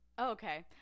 Okay